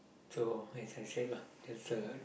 so it's actually lah that's a